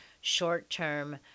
short-term